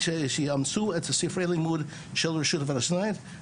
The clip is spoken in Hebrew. שיאמצו את ספרי הלימוד של הרשות הפלסטינאית.